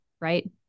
Right